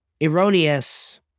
erroneous